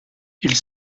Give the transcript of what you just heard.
ils